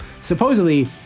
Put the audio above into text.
Supposedly